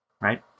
right